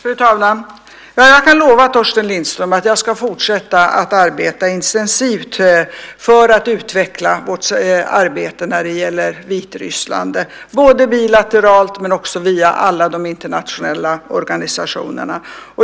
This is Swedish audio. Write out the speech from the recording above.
Fru talman! Ja, jag kan lova Torsten Lindström att jag ska fortsätta att arbeta intensivt, både bilateralt och via de internationella organisationerna, för att utveckla vårt arbete när det gäller Vitryssland.